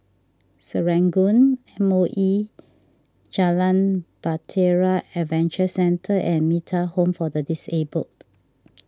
Serangoon Moe Jalan Bahtera Adventure Centre and Metta Home for the Disabled